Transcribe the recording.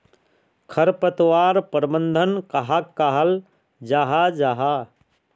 खरपतवार प्रबंधन कहाक कहाल जाहा जाहा?